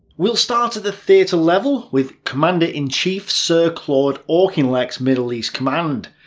we'll start at the theatre level, with commander-in-chief sir claude auchinleck's middle east command.